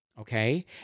okay